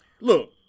Look